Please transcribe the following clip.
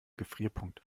gefrierpunkt